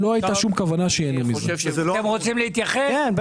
אני אתייחס לעניין של הקבלן: גם היום,